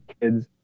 kids